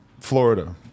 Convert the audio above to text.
Florida